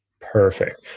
Perfect